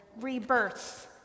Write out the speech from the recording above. rebirth